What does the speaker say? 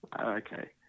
Okay